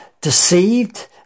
deceived